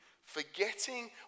forgetting